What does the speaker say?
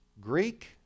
Greek